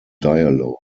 dialog